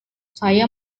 saya